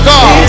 God